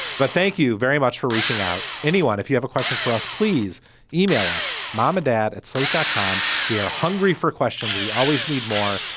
but thank you very much for reaching out. anyone, if you have a question for us, please email us mom or dad at slate dot com. we are hungry for questions. we always need more.